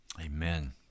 amen